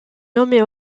nommé